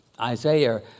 Isaiah